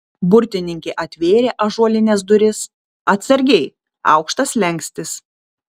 burtininkė atvėrė ąžuolines duris atsargiai aukštas slenkstis